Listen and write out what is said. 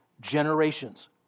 generations